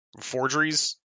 forgeries